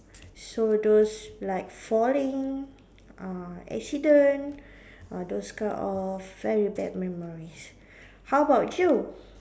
so those like falling uh accident uh those kind of very bad memories how about you